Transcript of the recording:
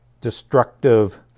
destructive